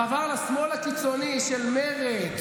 חבר לשמאל הקיצוני של מרצ,